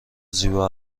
زیبا